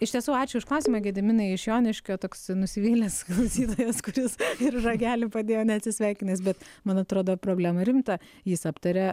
iš tiesų ačiū už klausimą gediminai iš joniškio toks nusivylęs klausytojas kuris ir ragelį padėjo neatsisveikinęs bet man atrodo problema rimta jis aptaria